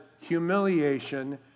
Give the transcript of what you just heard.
humiliation